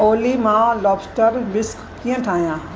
ओली मां lobster bisque कीअं ठाहियां